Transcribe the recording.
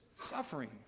suffering